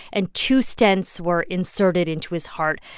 and two stents were inserted into his heart.